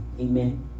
Amen